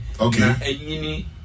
Okay